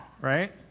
right